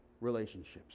relationships